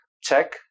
check